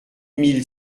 mille